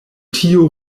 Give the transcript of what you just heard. tiu